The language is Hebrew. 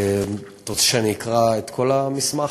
אתה רוצה שאני אקרא את כל המסמך?